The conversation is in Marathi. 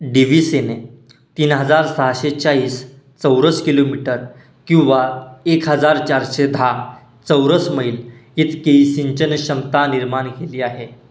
डि व्हि सीने तीन हजार सहाशे चाळीस चौरस किलोमीटर किंवा एक हजार चारशे दहा चौरस मैल इतकी सिंचन क्षमता निर्माण केली आहे